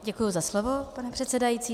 Děkuji za slovo, pane předsedající.